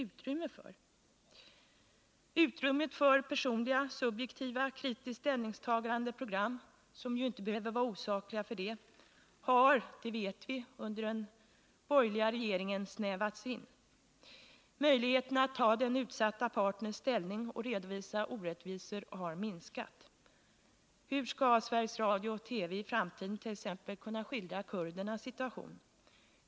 Utrymmet för program som är personliga och subjektiva och innebär kritiska ställningstaganden, som inte behöver vara osakliga, har — det vet vi — minskats under den borgerliga regeringen. Möjligheterna att ta ställning för den utsatta parten och redovisa orättvisor har minskat. Hur skall Sveriges Radio och TV i framtiden t.ex. kunna skildra kurdernas situation?